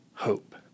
hope